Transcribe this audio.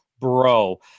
bro